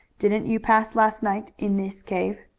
didn't you pass last night in this cave?